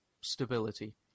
stability